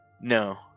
No